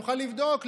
נוכל לבדוק,